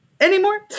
anymore